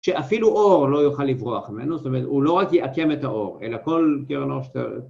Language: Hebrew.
שאפילו אור לא יוכל לברוח ממנו, זאת אומרת הוא לא רק יעקם את האור אלא כל קרנוש